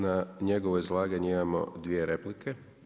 Na njegovo izlaganje imamo dvije replike.